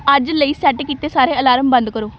ਅੱਜ ਲਈ ਸੈੱਟ ਕੀਤੇ ਸਾਰੇ ਅਲਾਰਮ ਬੰਦ ਕਰੋ